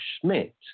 Schmidt